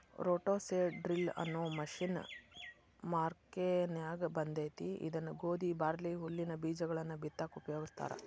roto seed drill ಅನ್ನೋ machine ಮಾರ್ಕೆನ್ಯಾಗ ಬಂದೇತಿ ಇದನ್ನ ಗೋಧಿ, ಬಾರ್ಲಿ, ಹುಲ್ಲಿನ ಬೇಜಗಳನ್ನ ಬಿತ್ತಾಕ ಉಪಯೋಗಸ್ತಾರ